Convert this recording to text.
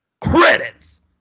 credits